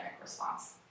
response